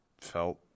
felt